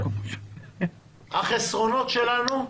החסרונות שלנו,